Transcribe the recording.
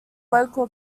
local